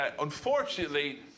unfortunately